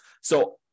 So-